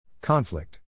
Conflict